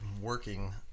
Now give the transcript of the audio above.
working